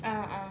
ah ah